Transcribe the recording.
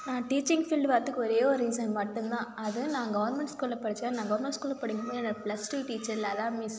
நான் teaching field வரதுக்கு ஒரே ஒரு ரீசன் மட்டும்தான் அது நான் கவர்மெண்ட் ஸ்கூலில் படித்தேன் நான் கவர்மெண்ட் ஸ்கூலில் படிக்கும்போது என்னோட plus two teacher Latha miss